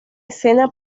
escena